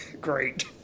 Great